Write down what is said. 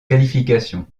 qualifications